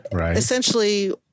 essentially